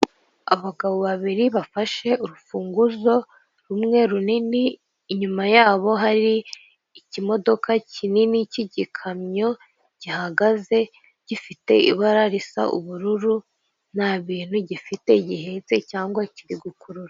Abagabo babiri bafashe urufunguzo rumwe runini inyuma yabo hari ikimodoka kinini k'igikamyo gihagaze gifite ibara risa ubururu, nta bintu gifite gihetse cyangwa kiri gukurura.